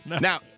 Now